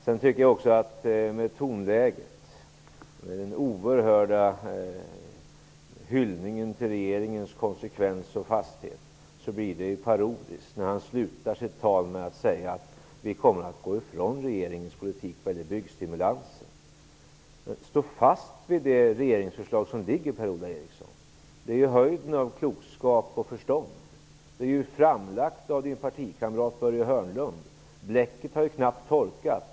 Med Per-Ola Erikssons tonläge, med den oerhörda hyllningen till regeringens konsekvens och fasthet, blir det parodiskt när han slutar sitt tal med att säga: Vi kommer att gå ifrån regeringens politik när det gäller byggstimulansen. Stå fast vid det regeringsförslag som föreligger, Per Ola Eriksson! Det är ju höjden av klokskap och förstånd. Det är framlagt av Per-Ola Erikssons partikamrat Börje Hörnlund. Bläcket har knappt torkat.